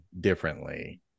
differently